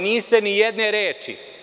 Niste ni jedne reči.